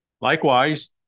Likewise